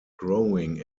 growing